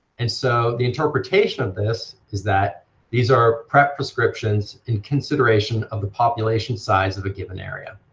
and so the interpretation of this is that these are prep prescriptions in consideration of the population size of a given area.